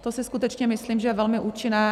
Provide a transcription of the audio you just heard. To si skutečně myslím, že je velmi účinné.